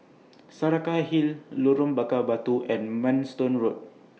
Saraca Hill Lorong Bakar Batu and Manston Road